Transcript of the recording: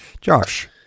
Josh